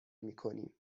میکنیم